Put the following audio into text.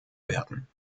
werden